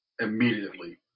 immediately